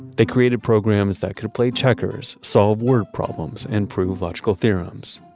they created programs that could play checkers, solve word problems and prove logical theorems.